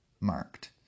marked